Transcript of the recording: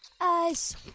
Ice